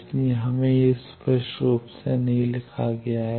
इसलिए हमें यह स्पष्ट रूप से नहीं लिखा गया है